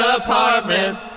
apartment